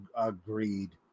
Agreed